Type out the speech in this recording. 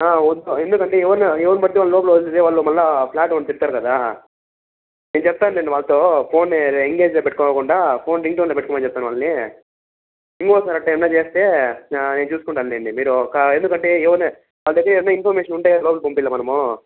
వదులుతాం ఎందుకంటే ఎవరిని ఎవరినిపడితే వాళ్ళని లోపలికి వదిలితే వాళ్ళు మళ్ళీ ఫ్లాట్ ఓనర్ తిడతారు కదా నేను చెప్తాను లేండి వాళ్తో ఫోను ఎంగేజ్లో పెట్టుకోకుండా ఫోన్ రింగ్ టోన్లో పెట్టుకోమని చెప్తాను వాళ్ళనీ ఇంకోసారి అట్ట ఏమైనా చేస్తే నేను చూసుకుంటాను లేండి మీరు ఒక ఎందుకంటే ఎవర్ని మా దగ్గర ఏదన్న ఇన్ఫర్మేషన్ ఉంటేనే కదా లోపలికి పంపియ్యాలి మనము